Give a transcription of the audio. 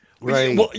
Right